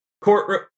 courtroom